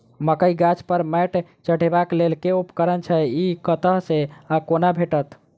मकई गाछ पर मैंट चढ़ेबाक लेल केँ उपकरण छै? ई कतह सऽ आ कोना भेटत?